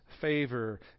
favor